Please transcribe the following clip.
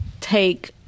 take